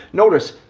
notice,